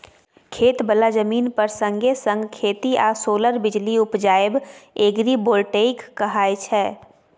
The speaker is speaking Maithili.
खेत बला जमीन पर संगे संग खेती आ सोलर बिजली उपजाएब एग्रीबोल्टेइक कहाय छै